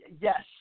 Yes